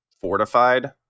fortified